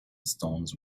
stones